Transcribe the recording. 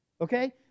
Okay